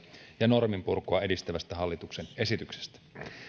ja norminpurkua edistävä hallituksen esitys